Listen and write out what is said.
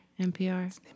NPR